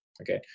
Okay